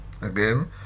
again